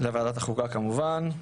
החוקה כמובן.